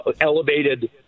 elevated